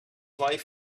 life